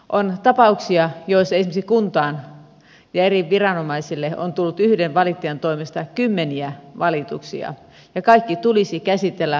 on tapauksia joissa esimerkiksi kuntaan ja eri viranomaisille on tullut yhden valittajan toimesta kymmeniä valituksia ja kaikki tulisi käsitellä asianmukaisesti